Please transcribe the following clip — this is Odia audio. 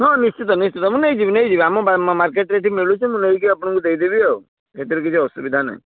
ହଁ ନିଶ୍ଚିତ ନିଶ୍ଚିତ ମୁଁ ନେଇଯିବି ନେଇଯିବି ଆମ ମାର୍କେଟରେ ଏଠି ମିଳୁଛି ମୁଁ ନେଇକି ଆପଣଙ୍କୁ ଦେଇଦେବି ଆଉ ସେଥିରେ କିଛି ଅସୁବିଧା ନାହିଁ